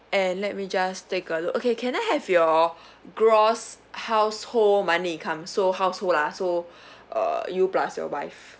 and let me just take a look okay can I have your gross household money income so household ah so uh you plus your wife